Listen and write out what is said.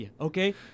Okay